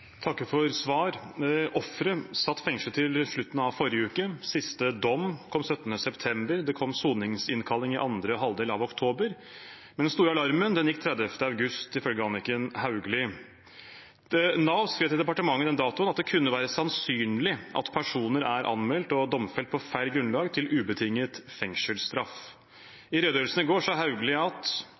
takker for svaret. Ofre satt fengslet til slutten av forrige uke, siste dom kom 17. september, det kom soningsinnkalling i andre halvdel av oktober, men den store alarmen gikk 30. august, ifølge Anniken Hauglie. Nav skrev til departementet den datoen at det kunne være sannsynlig at personer er anmeldt og domfelt på feil grunnlag til ubetinget fengselsstraff. I redegjørelsen i går sa Hauglie at